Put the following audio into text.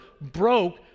broke